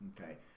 Okay